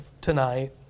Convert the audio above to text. tonight